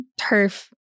turf